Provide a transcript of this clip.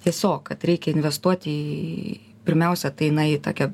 tiesiog kad reikia investuoti į pirmiausia tai jinai tokia